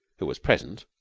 who was present,